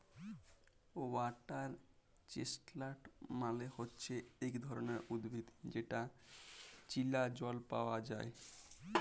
water chestnut মালে হচ্যে ইক ধরণের উদ্ভিদ যেটা চীলা জল পায়া যায়